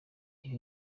ibi